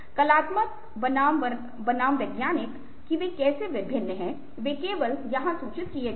कलात्मक बनाम वैज्ञानिक कि वे कैसे भिन्न हैं वे केवल यहाँ सूचित किए गए हैं